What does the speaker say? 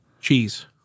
Cheese